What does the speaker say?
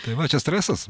tai va čia stresas